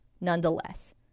nonetheless